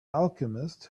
alchemist